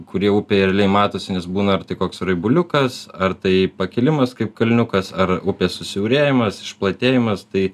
kurie upėje realiai matosi nes būna koks raibuliukas ar tai pakilimas kaip kalniukas ar upės susiaurėjimas išplatėjimas tai